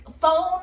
phone